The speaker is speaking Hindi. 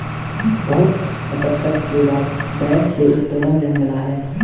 बहुत मशक्कत के बाद बैंक से उत्तोलन ऋण मिला है